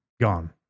Gone